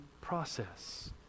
process